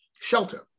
shelter